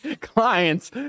clients